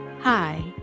Hi